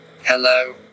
Hello